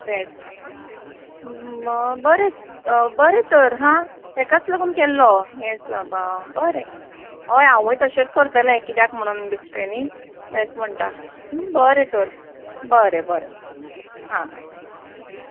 तेंच म बरें बरें तर हा ताकाच लागून केल्लो हें विचारपा बरें हय हांवूय तशेंच करतलें किद्याक म्हणून बेश्टें न्ही तेंच म्हणटा बरें तर बरें बरें हा हा